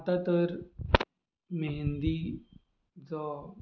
आतां तर मेहंदी जो